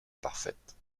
parfaite